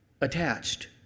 attached